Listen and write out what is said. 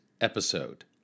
episode